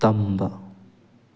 ꯇꯝꯕ